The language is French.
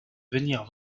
venir